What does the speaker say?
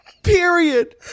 Period